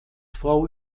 frau